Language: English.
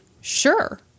sure